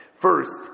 First